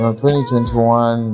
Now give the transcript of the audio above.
2021